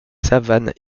savanes